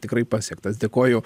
tikrai pasiektas dėkoju